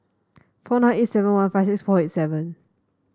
four nine eight seven one five six four eight seven